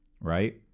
right